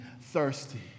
thirsty